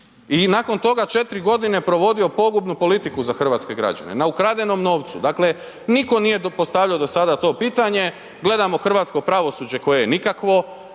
i nakon toga 4 g. provodio pogubnu politiku za hrvatske građane, na ukradenom novcu. Dakle, nitko nije postavljao do sada to pitanje, gledamo hrvatsko pravosuđe koje je nikakvo,